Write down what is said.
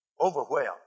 overwhelmed